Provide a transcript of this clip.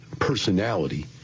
personality